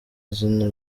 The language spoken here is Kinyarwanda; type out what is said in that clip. izina